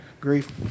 grief